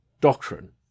doctrine